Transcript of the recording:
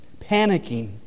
panicking